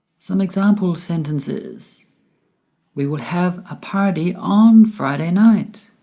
some example sentences we will have a party on friday night